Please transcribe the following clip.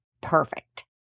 perfect